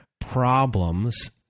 problems